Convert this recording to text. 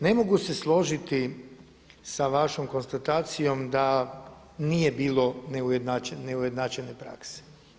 Ne mogu se složiti sa vašom konstatacijom da nije bilo neujednačene prakse.